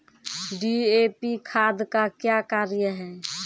DAP खाद का क्या कार्य हैं?